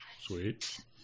Sweet